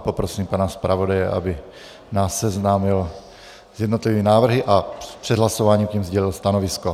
Poprosím pana zpravodaje, aby nás seznámil s jednotlivými návrhy a před hlasováním k nim sdělil stanovisko.